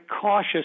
cautious